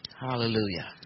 Hallelujah